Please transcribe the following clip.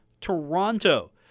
Toronto